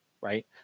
right